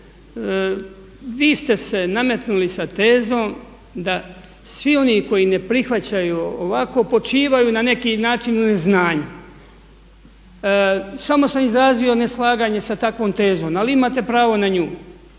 vi ste se nametnuli sa tezom da svi oni koji ne prihvaćaju ovako počivaju na neki način u neznanju. Samo sam izrazio neslaganje sa takvom tezom. Ali imate pravo na nju